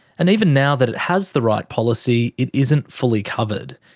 and even now that it has the right policy, it isn't fully covered.